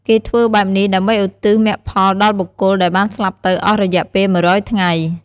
គេធ្ចើបែបនេះ ដើម្បីឧទ្ទិសមគ្គផលដល់បុគ្គលដែលបានស្លាប់ទៅអស់រយៈពេល ១០០ ថ្ងៃ។